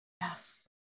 Yes